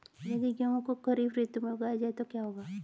यदि गेहूँ को खरीफ ऋतु में उगाया जाए तो क्या होगा?